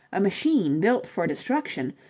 a machine built for destruction,